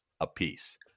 apiece